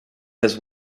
has